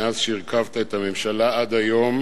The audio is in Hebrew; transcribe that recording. מאז הרכבת את הממשלה ועד היום